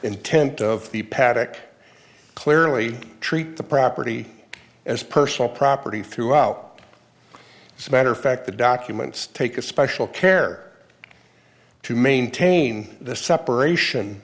intent of the paddock clearly treat the property as personal property throughout this matter fact the documents take a special care to maintain the separation